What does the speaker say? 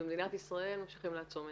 במדינת ישראל ממשיכים לעצום עיניים.